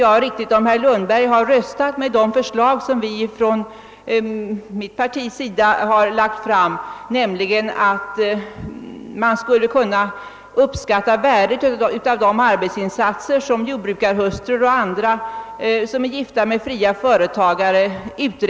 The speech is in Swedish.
Jag vet inte om herr Lundberg har röstat för det förslag som vi från mitt partis sida har lagt fram, nämligen att man skulle försöka uppskatta värdet av de arbetsinsatser som görs av jordbrukarhustrur och andra som är gifta med egna företagare.